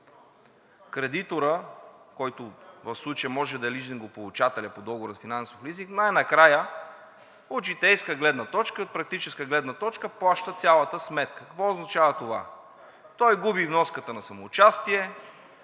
кредиторът, който в случая може да е лизингополучателят по договора за финансов лизинг, най-накрая – от житейска гледна точка, практическа гледна точка, плаща цялата сметка. Какво означава това? Той губи вноската на самоучастие,